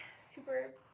super